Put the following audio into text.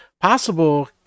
possible